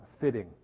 fitting